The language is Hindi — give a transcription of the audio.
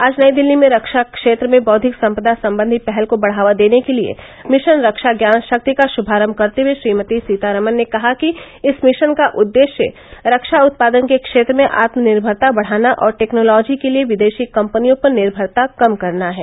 आज नई दिल्ली में रक्षा क्षेत्र में बौद्विक संपदा संबंधी पहल को बढ़ावा देने के लिए मिशन रक्षा ज्ञान शक्ति का शुभारंभ करते हुए श्रीमती सीतारामन ने कहा कि इस मिशन का उद्देश्य रक्षा उत्पादन के क्षेत्र में आत्मनिर्मता बढ़ाना और टैक्नोलोजी के लिए विदेशी कम्पनियों पर निर्भरता कम करना है